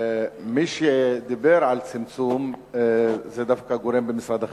מי שדיבר על צמצום זה דווקא גורם במשרד החינוך,